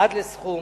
עד לסכום